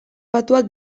batuak